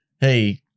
Hey